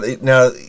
now